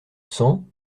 cent